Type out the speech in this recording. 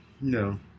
no